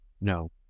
No